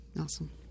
Awesome